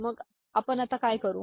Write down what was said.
मग आपण काय करू